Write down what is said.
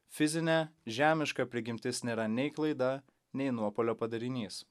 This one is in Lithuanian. fizinė žemiška prigimtis nėra nei klaida nei nuopuolio padarinys